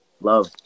love